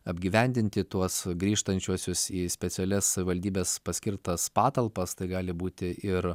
apgyvendinti tuos grįžtančiuosius į specialias savivaldybės paskirtas patalpas tai gali būti ir